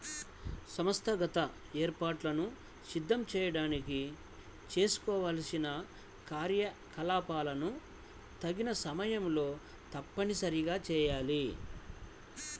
సంస్థాగత ఏర్పాట్లను సిద్ధం చేయడానికి చేసుకోవాల్సిన కార్యకలాపాలను తగిన సమయంలో తప్పనిసరిగా చేయాలి